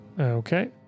Okay